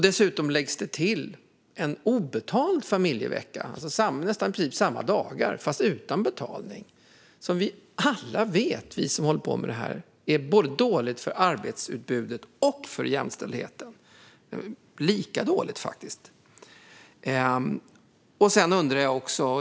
Dessutom läggs det till en obetald familjevecka, i princip samma antal dagar fast utan betalning. Alla vi som håller på med det här vet att det är dåligt både för arbetsutbudet och för jämställdheten - lika dåligt faktiskt.